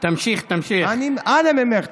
אנא ממך,